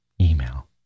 email